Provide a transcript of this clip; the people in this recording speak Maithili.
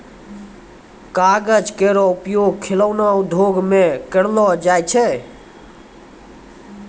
कागज केरो उपयोग खिलौना उद्योग म करलो जाय छै